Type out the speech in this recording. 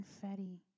Confetti